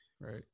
right